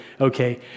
okay